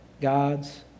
God's